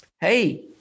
hey